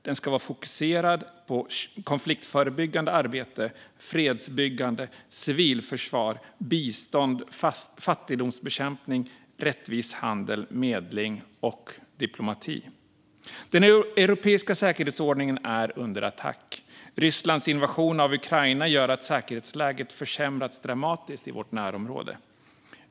Den ska fokusera på konfliktförebyggande arbete, fredsbyggande, civilförsvar, bistånd, fattigdomsbekämpning, rättvis handel, medling och diplomati. Den europeiska säkerhetsordningen är under attack. Rysslands invasion av Ukraina gör att säkerhetsläget försämrats dramatiskt i vårt närområde.